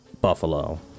Buffalo